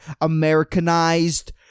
Americanized